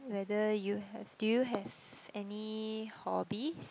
whether you have do you have any hobbies